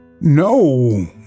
No